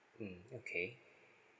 mm okay